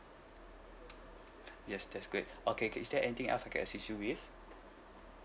yes that's great okay is there anything else I can assist you with